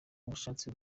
ubushake